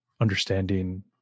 understanding